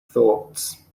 thoughts